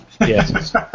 yes